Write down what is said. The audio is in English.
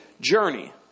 journey